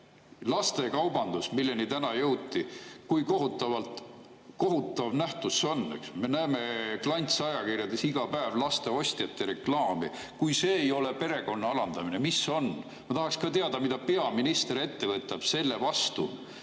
Lastekaubandus, milleni täna jõuti, kui kohutav nähtus see on! Me näeme klantsajakirjades iga päev laste ostjate reklaami. Kui see ei ole perekonna alandamine, mis on? Ma tahaksin teada, mida peaminister ette võtab selle vastu,